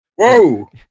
Whoa